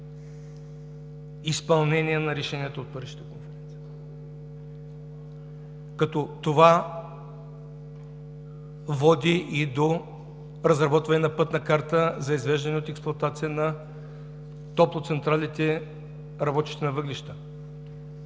изпълнение на решението от Парижката конференция. Това води и до разработване на пътна карта за извеждане от експлоатация на топлоцентралите, работещи на въглища